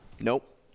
Nope